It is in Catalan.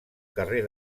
carrer